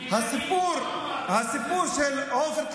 תסתמי את הפה שלך.) והסיפור של עופר כסיף,